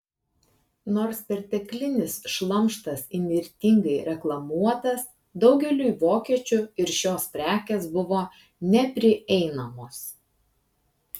nors perteklinis šlamštas įnirtingai reklamuotas daugeliui vokiečių ir šios prekės buvo neprieinamos